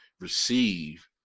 receive